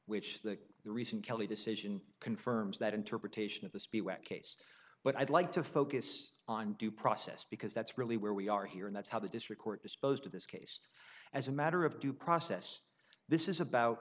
that the recent kelly decision confirms that interpretation of the speech that case but i'd like to focus on due process because that's really where we are here and that's how the district court disposed of this case as a matter of due process this is about